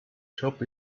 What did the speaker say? shop